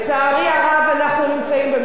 אנחנו נמצאים במדרון חלקלק,